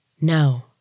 No